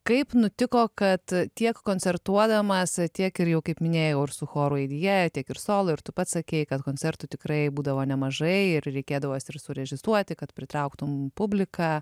kaip nutiko kad tiek koncertuodamas tiek ir jau kaip minėjau ir su choru aidija tiek ir solo ir tu pats sakei kad koncertų tikrai būdavo nemažai ir reikėdavo surežisuoti kad pritrauktum publiką